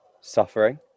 suffering